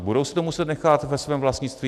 Budou si to muset nechávat ve svém vlastnictví?